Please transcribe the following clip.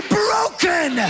broken